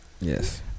Yes